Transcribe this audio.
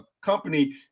company